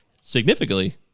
significantly